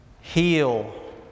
heal